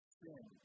sin